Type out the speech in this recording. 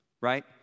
Right